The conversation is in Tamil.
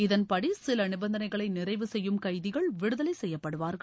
இதன்படி சில நிபந்தனைகளை நிறைவு செய்யும் கைதிகள் விடுதலை செய்யப்படுவார்கள்